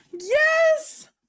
yes